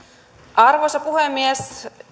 arvoisa puhemies